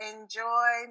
Enjoy